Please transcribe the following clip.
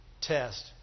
test